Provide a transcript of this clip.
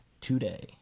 today